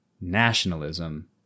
nationalism